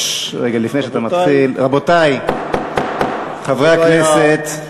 רגע, לפני שאתה מתחיל, רבותי, חברי הכנסת,